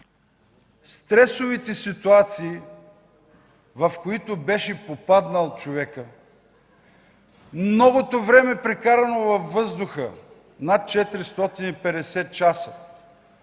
Стресовите ситуации, в които беше попаднал човекът, многото време прекарано във въздуха – над 450 часа,